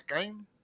game